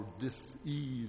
dis-ease